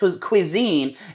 cuisine